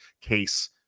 case